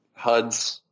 HUDs